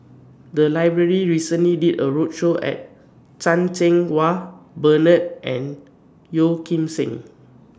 The Library recently did A roadshow At Chan Cheng Wah Bernard and Yeo Kim Seng